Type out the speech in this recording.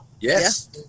Yes